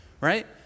right